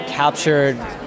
Captured